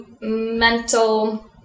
mental